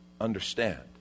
understand